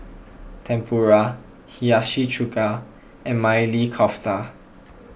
Tempura Hiyashi Chuka and Maili Kofta